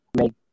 make